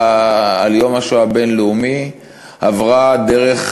בנושא יום השואה הבין-לאומי עברה אולי דרך